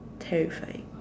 terrifying